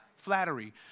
flattery